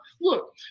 look